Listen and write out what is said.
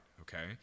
okay